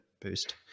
boost